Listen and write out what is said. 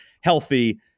healthy